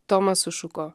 tomas sušuko